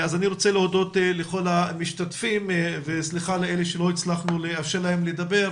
אני רוצה להודות לכל המשתתפים וסליחה מאלה שלא הצליחו לדבר,